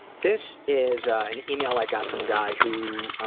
this is an email i got from a guy who